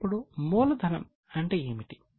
ఇప్పుడు మూలధనం అంటే ఏమిటి